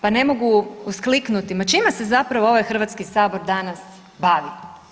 Pa ne mogu uskliknuti, ma čime se zapravo ovaj Hrvatski sabor danas bavi?